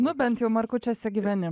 nu bent jau markučiuose gyveni